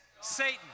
Satan